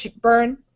burn